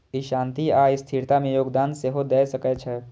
ई शांति आ स्थिरता मे योगदान सेहो दए सकै छै